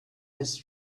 his